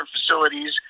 facilities